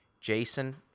Jason